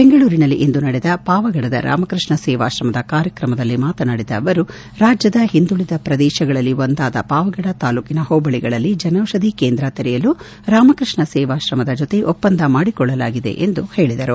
ಬೆಂಗಳೂರಿನಲ್ಲಿಂದು ನಡೆದ ಪಾವಗಡದ ರಾಮಕೃಷ್ಣ ಸೇವಾಶ್ರಮದ ಕಾರ್ಯಕ್ರಮದಲ್ಲಿ ಮಾತನಾಡಿದ ಅವರು ರಾಜ್ಞದ ಹಿಂದುಳಿದ ಪ್ರದೇಶಗಳಲ್ಲಿ ಒಂದಾದ ಪಾವಗಡ ತಾಲೂಕಿನ ಹೋಬಳಿಗಳಲ್ಲಿ ಜನೌಷಧಿ ಕೇಂದ್ರ ತೆರೆಯಲು ರಾಮಕೃಷ್ಣ ಸೇವಾಶ್ರಮದ ಜೊತೆ ಒಪ್ಪಂದ ಮಾಡಿಕೊಳ್ಳಲಾಗಿದೆ ಎಂದು ಸಚಿವ ಅನಂತಕುಮಾರ್ ಹೇಳಿದರು